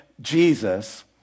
Jesus